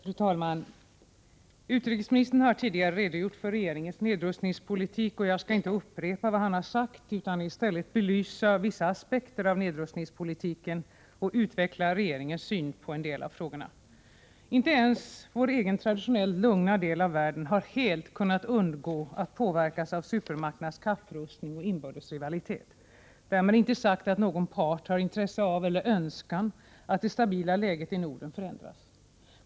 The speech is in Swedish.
Fru talman! Utrikesministern har tidigare redogjort för regeringens nedrustningspolitik. Jag skall inte upprepa vad han sagt utan i stället belysa vissa aspekter av nedrustningspolitiken och utveckla regeringens syn på en del av frågorna. Inte ens vår egen traditionellt lugna del av världen har helt kunnat undgå att påverkas av supermakternas kapprustning och inbördes rivalitet — därmed inte sagt att någon part har intresse av eller önskan att det stabila läget i Norden förändras.